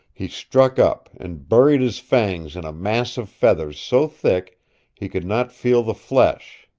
he struck up, and buried his fangs in a mass of feathers so thick he could not feel the flesh.